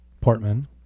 Portman